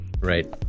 Right